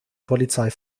polizei